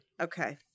Okay